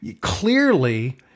clearly